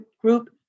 group